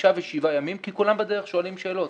חמישה ושבעה ימים, כי כולם בדרך שואלים שאלות.